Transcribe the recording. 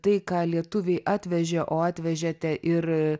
tai ką lietuviai atvežė o atvežėte ir